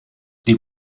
die